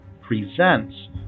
presents